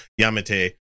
Yamete